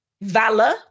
valor